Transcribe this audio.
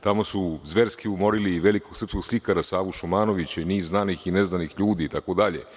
Tamo su zverski umorili velikog srpskog slikara Savu Šumanovića i niz znanih i neznanih ljudi itd.